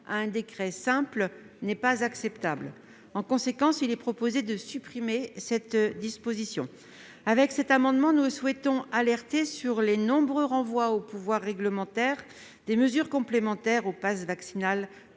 à un décret simple n'est pas acceptable. En conséquence, il est proposé de supprimer cette disposition. Par cet amendement, nous souhaitons alerter nos collègues sur les nombreux renvois au pouvoir réglementaire de mesures complémentaires au passe vaccinal